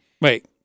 Wait